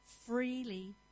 Freely